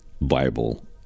Bible